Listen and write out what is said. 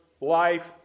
life